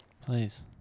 Please